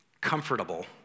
comfortable